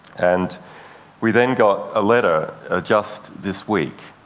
and we then got a letter ah just this week